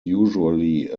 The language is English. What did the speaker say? usually